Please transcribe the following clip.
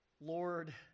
Lord